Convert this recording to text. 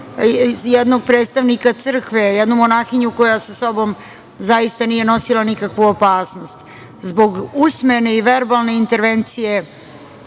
jednog predstavnika crkve, jednu monahinju koja sa sobom zaista nije nosila nikakvu opasnost. Zbog usmene i verbalne intervencije